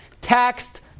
taxed